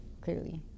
clearly